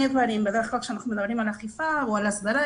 כשאנחנו מדברים על אכיפה או על הסדרה,